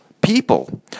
people